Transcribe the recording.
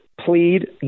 plead